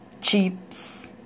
chips